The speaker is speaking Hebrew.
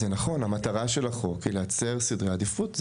זה נכון, המטרה של החוק היא לייצר סדרי עדיפות.